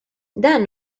dan